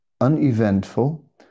uneventful